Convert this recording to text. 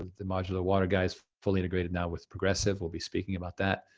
the modular water guys fully integrated now with progressive, we'll be speaking about that.